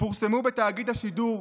פורסמו בתאגיד השידור